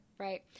Right